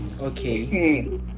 Okay